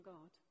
God